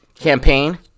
campaign